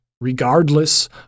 Regardless